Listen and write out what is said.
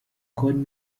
gold